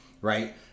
right